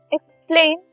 Explain